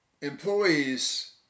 employees